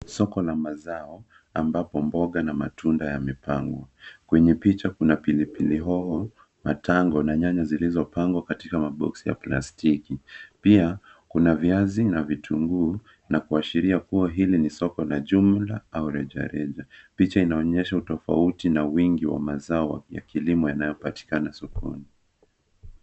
Soko la mazao ambapo mboga na matunda yamepangwa. Kwenye picha kuna pilipili hoho, matango na nyanya zilizopangwa katika maboksi ya plastiki. Pia kuna viazi na vitunguu na kuashiria kuwa hili ni soko la jumla au rejareja. Picha inaonyesha utofauti na wingi wa mazao ya kilimo yanayopatikana sokoni.